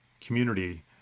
community